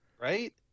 right